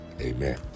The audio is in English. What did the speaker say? Amen